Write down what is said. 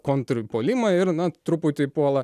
kontrpuolimą ir na truputį puola